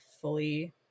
fully